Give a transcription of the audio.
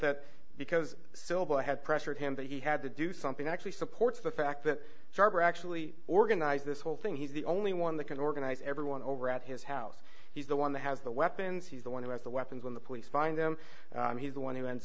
that because syllable had pressured him that he had to do something actually supports the fact that charter actually organized this whole thing he's the only one that can organize everyone over at his house he's the one that has the weapons he's the one who has the weapons when the police find them he's the one who ends